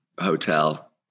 hotel